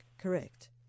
correct